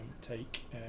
take